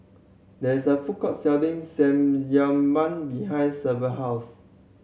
there is a food court selling Samgyeopsal behind Severt house